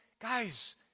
guys